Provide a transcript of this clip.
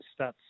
stats